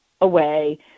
away